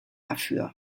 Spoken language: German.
dafür